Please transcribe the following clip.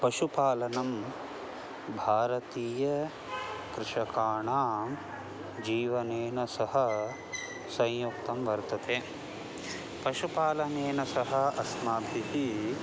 पशुपालनं भारतीयानां कृषकाणां जीवनेन सह संयुक्तं वर्तते पशुपालनेन सह अस्माभिः